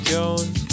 Jones